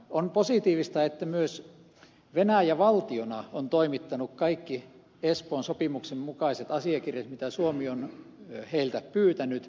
on positiivista että myös venäjä valtiona on toimittanut kaikki espoon sopimuksen mukaiset asiakirjat mitä suomi on heiltä pyytänyt